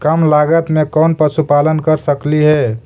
कम लागत में कौन पशुपालन कर सकली हे?